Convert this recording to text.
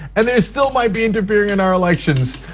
and they still may be interfering in our elections.